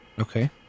Okay